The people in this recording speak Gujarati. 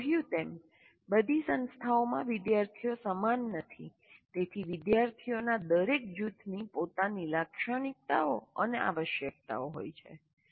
આપણે કહ્યું તેમ બધી સંસ્થાઓમાં વિદ્યાર્થીઓ સમાન નથી તેથી વિદ્યાર્થીઓના દરેક જૂથની પોતાની લાક્ષણિકતાઓ અને આવશ્યકતાઓ હોય છે